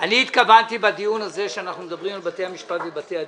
התכוונתי שבדיון הזה שאנחנו מדברים על בתי המשפט ובתי הדין,